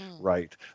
right